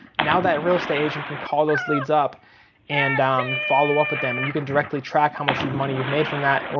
now that real estate agent can call those leads up and um follow up with them. and you can directly track how much money you've made from that,